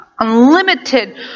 Unlimited